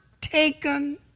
taken